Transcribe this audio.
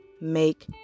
make